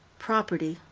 property,